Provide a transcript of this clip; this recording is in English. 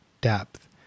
depth